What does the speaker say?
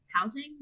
housing